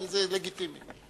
זה לגיטימי.